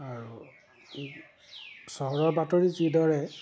আৰু চহৰৰ বাতৰি যিদৰে